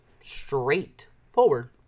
straightforward